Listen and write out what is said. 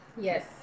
Yes